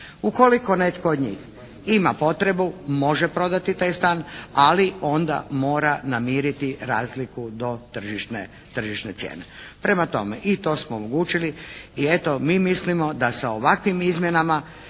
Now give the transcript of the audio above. Ukoliko netko od njih ima potrebu može prodati taj stan ali onda mora namiriti razliku do tržišne cijene. Prema tome i to smo omogućili i eto mi mislimo da sa ovakvim izmjenama